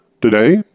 Today